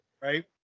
right